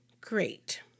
great